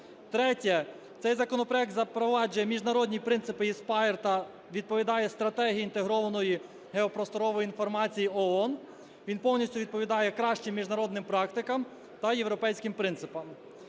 Третє. Цей законопроект запроваджує міжнародні принципи INSPIRE та відповідає стратегії інтегрованої геопросторової інформації ООН, він повністю відповідає кращим міжнародним практикам та європейським принципам.